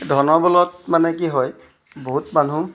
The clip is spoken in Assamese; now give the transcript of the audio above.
ধনবলত মানে কি হয় বহুত মানুহ